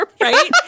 Right